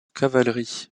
cavalerie